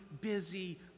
busy